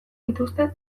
dituzte